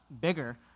bigger